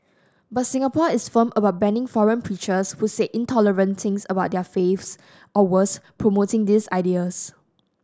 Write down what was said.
but Singapore is firm about banning foreign preachers who say intolerant things about other faiths or worse promoting these ideas